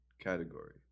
category